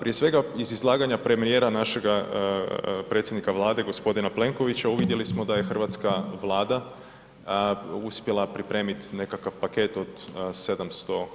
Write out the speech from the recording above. Prije svega iz izlaganja premijera našega predsjednika Vlade gospodina Plenkovića uvidjeli smo da je hrvatska Vlada uspjela pripremiti nekakav paket od 700